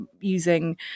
using